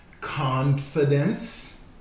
confidence